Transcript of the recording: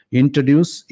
introduce